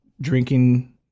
drinking